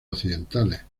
occidentales